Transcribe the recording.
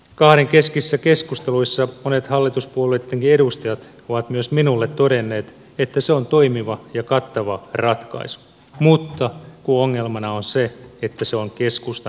kahdenkeskisissä keskusteluissa monet hallituspuolueittenkin edustajat ovat myös minulle todenneet että se on toimiva ja kattava ratkaisu mutta kun ongelmana on se että se on keskustan malli